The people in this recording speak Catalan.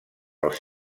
dels